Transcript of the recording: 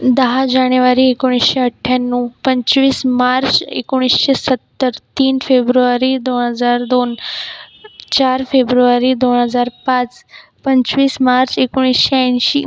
दहा जानेवारी एकोणिसशे अठ्याण्णव पंचवीस मार्च एकोणिसशे सत्तर तीन फेब्रुवारी दोन हजार दोन चार फेब्रुवारी दोन हजार पाच पंचवीस मार्च एकोणिसशे ऐंशी